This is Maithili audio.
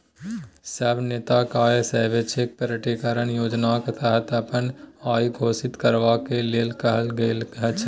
सब नेताकेँ आय स्वैच्छिक प्रकटीकरण योजनाक तहत अपन आइ घोषित करबाक लेल कहल गेल छै